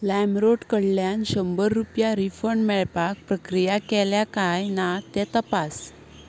लायमरोड कडल्यान शंबर रुपया रिफंड मेळपाक प्रक्रिया केल्या काय ना तें तपास